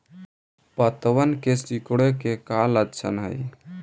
पत्तबन के सिकुड़े के का लक्षण हई?